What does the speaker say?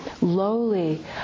lowly